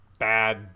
Bad